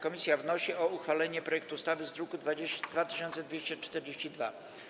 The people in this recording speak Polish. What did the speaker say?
Komisja wnosi o uchwalenie projektu ustawy z druku nr 2242.